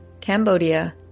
Cambodia